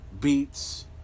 beats